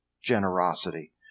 generosity